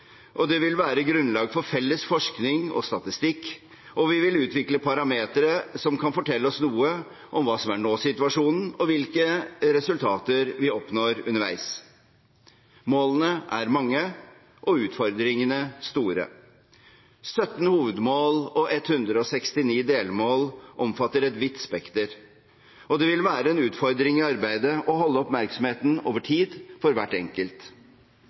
det vil være grunnlag for felles forskning og statistikk, og vi vil utvikle parametere som kan fortelle oss noe om hva som er nåsituasjonen, og hvilke resultater vi oppnår underveis. Målene er mange, og utfordringene er store. 17 hovedmål og 169 delmål omfatter et vidt spekter, og det vil være en utfordring i arbeidet å holde oppmerksomheten over tid på hvert enkelt.